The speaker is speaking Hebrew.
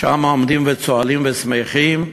שם עומדים וצוהלים ושמחים.